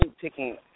picking